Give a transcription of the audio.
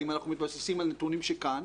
האם אנחנו מתבססים על נתונים שכאן?